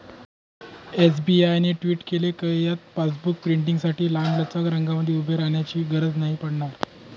SBI ने tweet केल कीआता पासबुक प्रिंटींगसाठी लांबलचक रंगांमध्ये उभे राहण्याची गरज नाही पडणार